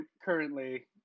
currently